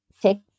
take